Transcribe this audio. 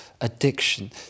addiction